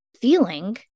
feeling